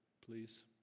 please